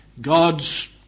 God's